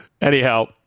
Anyhow